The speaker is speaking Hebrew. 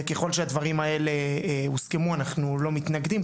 וככל שהדברים האלה הוסכמו אנחנו לא מתנגדים.